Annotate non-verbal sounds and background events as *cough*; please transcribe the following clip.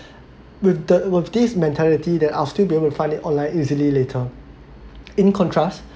*breath* with the with this mentality that I'll still be able to find it online easily later *noise* in contrast